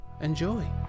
enjoy